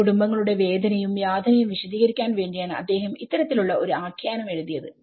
കുടുംബങ്ങളുടെ വേദനയും യാതനയും വിശദീകരിക്കാൻ വേണ്ടിയാണ് അദ്ദേഹം ഇത്തരത്തിലുള്ള ഒരു ആഖ്യാനം എഴുതിയത്